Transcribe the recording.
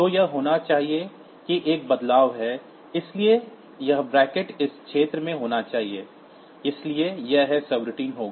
तो यह होना चाहिए कि एक बदलाव है इसलिए यह ब्रैकेट इस क्षेत्र में होना चाहिए इसलिए यह है कि सबरूटीन होगा